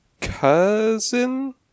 cousin